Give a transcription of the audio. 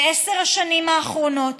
בעשר השנים האחרונות